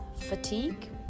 fatigue